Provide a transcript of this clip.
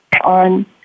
on